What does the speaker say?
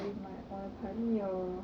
with my 我的朋友